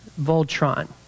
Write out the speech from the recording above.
voltron